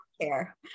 care